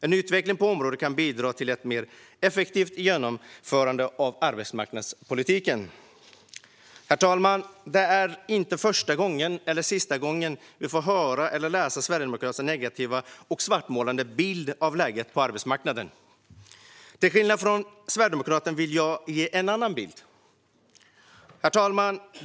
En utveckling på området kan bidra till ett mer effektivt genomförande av arbetsmarknadspolitiken. Herr talman! Det är inte första gången eller sista gången vi får höra eller läsa om Sverigedemokraternas negativa och svartmålande bild av läget på arbetsmarknaden. Jag vill ge en annan bild.